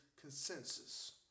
consensus